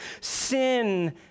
sin